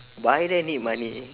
buy there need money